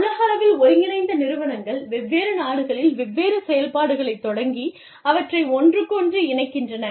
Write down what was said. உலகளவில் ஒருங்கிணைந்த நிறுவனங்கள் வெவ்வேறு நாடுகளில் வெவ்வேறு செயல்பாடுகளைத் தொடங்கி அவற்றை ஒன்றுக்கொன்று இணைக்கின்றன